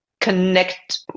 connect